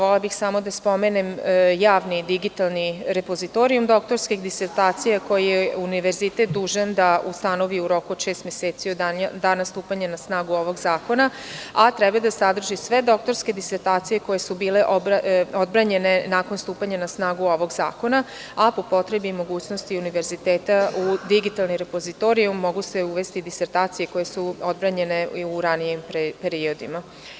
Volela bih samo da spomenem javni digitalni repozitorijum doktorskih disertacija koji je univerzitet dužan da ustanovi u roku od šest meseci od dana stupanja na snagu ovog zakona, a treba da sadrži sve doktorske disertacije koje su bile objavljene nakon stupanja na snagu ovog zakona, a po potrebi i mogućnosti univerziteta, u digitalni repozitorijum mogu se uvesti disertacije koje su odbranjene u ranijim periodima.